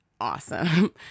awesome